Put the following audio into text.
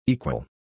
Equal